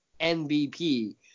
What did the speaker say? MVP